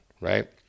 right